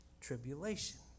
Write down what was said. tribulation